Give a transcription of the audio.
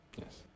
Yes